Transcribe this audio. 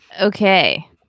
okay